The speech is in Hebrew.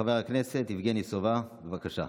חבר הכנסת יבגני סובה, בבקשה,